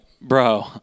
bro